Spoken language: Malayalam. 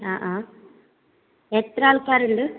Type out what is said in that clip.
ആ ആ എത്ര ആൾക്കാരുണ്ട്